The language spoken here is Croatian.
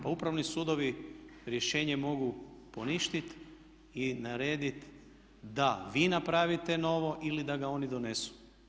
Pa upravni sudovi rješenje mogu poništiti i narediti da vi napravite novo ili da ga oni donesu.